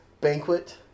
banquet